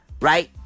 right